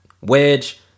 Wedge